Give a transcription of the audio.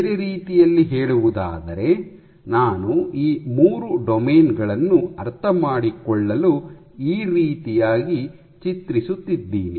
ಬೇರೆ ರೀತಿಯಲ್ಲಿ ಹೇಳುವುದಾದರೆ ನಾನು ಈ ಮೂರು ಡೊಮೇನ್ ಗಳನ್ನು ಅರ್ಥಮಾಡಿಕೊಳ್ಳಲು ಈ ರೀತಿಯಾಗಿ ಚಿತ್ರಿಸುತ್ತಿದ್ದೀನಿ